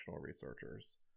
researchers